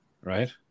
right